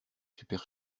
super